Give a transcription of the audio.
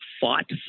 fought